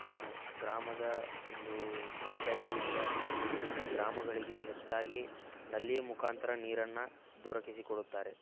ಗ್ರಾಮದ ಒಂದು ಪಂಚಾಯ್ತಿಯಿಂದ ನಮ್ಮ ಗ್ರಾಮಗಳಿಗೆ ಹೆಚ್ಚಾಗಿ ನಲ್ಲಿಯ ಮುಖಾಂತರ ನೀರನ್ನು ದೊರಕಿಸಿಕೊಡುತ್ತಾರೆ